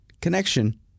connection